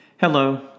Hello